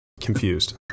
confused